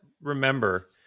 remember